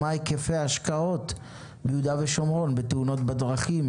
מה היקפי ההשקעות ביהודה ושומרון בתאונות בדרכים,